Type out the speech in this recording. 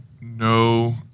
no